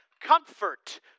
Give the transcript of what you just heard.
comfort